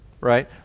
Right